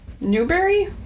Newberry